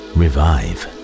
revive